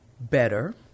better